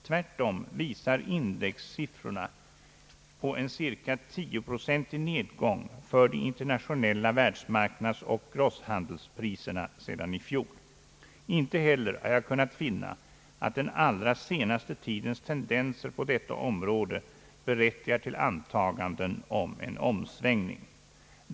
Tvärtom visar indexsiffrorna på en cirka tioprocentig nedgång för de internationella världsmarknadsoch grosshandelspriserna sedan i fjol. Inte heller har jag kunnat finna att den allra senaste tidens tendenser på detta område berättigar till antaganden om en omsvängning.